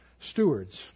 stewards